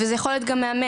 וזה יכול להיות גם מאמן.